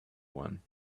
one